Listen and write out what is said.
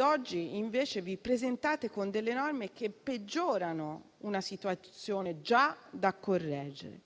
Oggi invece vi presentate con delle norme che peggiorano una situazione già da correggere.